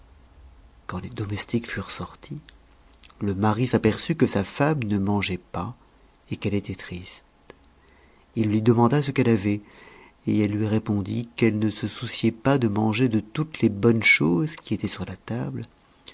quand les domestiques furent sortis le mari s'aperçut que sa femme ne mangeait pas et qu'elle était triste il lui demanda ce qu'elle avait et elle lui répondit qu'elle ne se souciait pas de manger de toutes les bonnes choses qui étaient sur la table